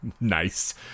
Nice